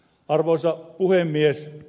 arvoisa puhemies